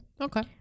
Okay